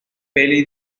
peli